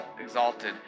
exalted